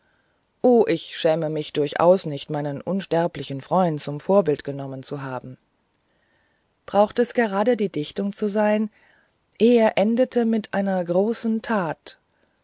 o ich schäme mich durchaus nicht meinen unsterblichen freund zum vorbild genommen zu haben brauchte es gerade in der dichtung zu sein er endete mit einer großen tat